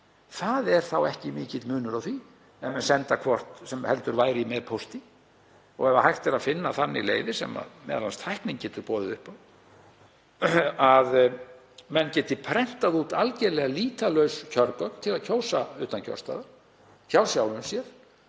Það er þá ekki mikill munur á því ef menn senda hvort heldur væri með pósti og ef hægt er að finna þannig leiðir sem m.a. tæknin getur boðið upp á, að menn geti prentað út algerlega lýtalaus kjörgögn til að kjósa utan kjörstaðar hjá sjálfum sér